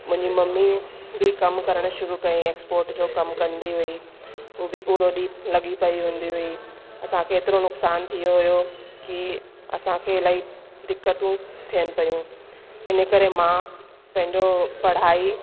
मुंहिंजी मम्मी बि कमु करणु शुरू कयंई एक्सपोट जो कमु कंदी हुई हू बि पूरो ॾींहं लॻी पई हूंदी हुई असांखे एतिरो नुक़सान थीयो हुयो की असांखे इलाही दिक्कतूं थियनि पियूं इन करे मां पंहिंजो पढ़ाई